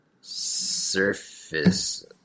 surface